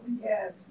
Yes